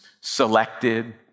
selected